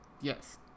Yes